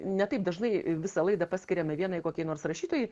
ne taip dažnai visą laidą paskiriame vienai kokiai nors rašytojai